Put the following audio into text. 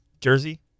jersey